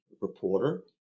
reporter